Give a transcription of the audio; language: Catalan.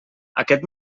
aquest